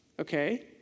okay